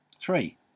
Three